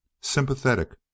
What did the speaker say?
sympathetic